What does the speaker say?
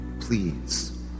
Please